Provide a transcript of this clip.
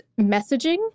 messaging